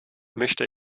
möchte